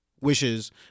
wishes